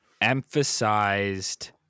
emphasized